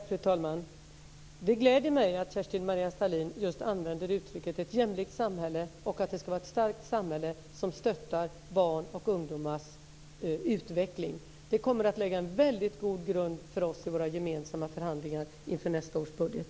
Fru talman! Det gläder mig att Kerstin-Maria Stalin använder just uttrycket ett jämlikt samhälle och säger att det ska vara ett starkt samhälle som stöttar barns och ungdomars utveckling. Det kommer att lägga en väldigt god grund för oss i våra gemensamma förhandlingar inför nästa års budget.